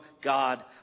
God